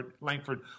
Langford